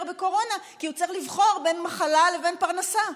בקורונה כי הוא צריך לבחור בין מחלה לבין פרנסה.